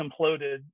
imploded